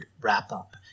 wrap-up